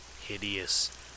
hideous